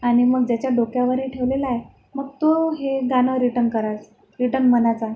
आणि मग ज्याच्या डोक्यावर हे ठेवलेलं आहे मग तो हे गाणं रिटन करायचं रिटन म्हणायचं